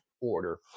order